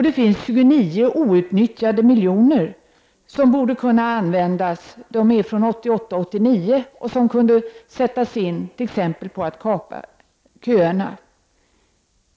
Det finns 29 outnyttjade miljoner — de är från 1988 och 1989 — som borde kunna användas för att t.ex. kapa köerna.